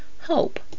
Hope